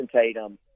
Tatum